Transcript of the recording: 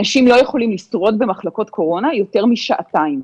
אנשים לא יכולים לשרוד במחלקות קורונה יותר משעתיים.